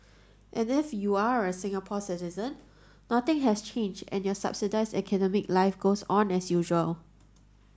and if you're a Singaporean citizen nothing has changed and your subsidised academic life goes on as usual